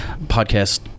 podcast